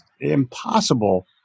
impossible